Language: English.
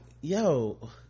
yo